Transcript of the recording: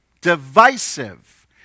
divisive